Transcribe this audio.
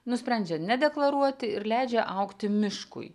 nusprendžia nedeklaruoti ir leidžia augti miškui